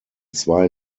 zwei